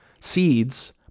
seeds